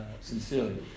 sincerely